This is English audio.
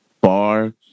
bar